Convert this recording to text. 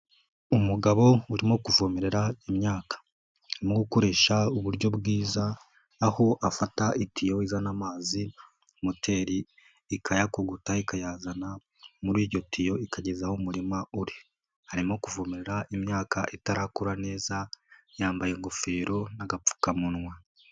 Umugabo urimo kuvomerera imyaka, arimo gukoresha uburyo bwiza aho afata itiyoza n'amazi, moteri ikayakugota ikayazana muri iryo tiyo ikageza aho umurima uri, arimo kuvomerara imyaka itarakura neza yambaye ingofero n'agapfukamunwa.